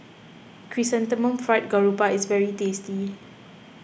Chrysanthemum Fried Garoupa is very tasty